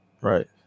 Right